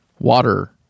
Water